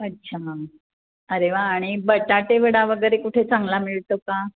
अच्छा अरे वा आणि बटाटेवडा वगैरे कुठे चांगला मिळतो का